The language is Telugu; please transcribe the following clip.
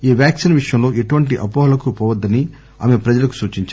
ఈ వ్యాక్సిన్ విషయంలో ఎటువంటి అవోహలకు పోవద్దని ఆమె ప్రజలకు సూచిందారు